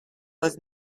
was